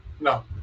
No